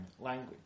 language